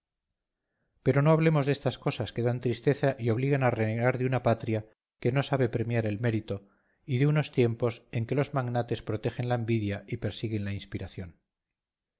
pero no hablemos de estas cosas que dan tristeza y obligan a renegar de una patria que no sabe premiar el mérito y de unos tiempos en que los magnates protegen la envidia y persiguen la inspiración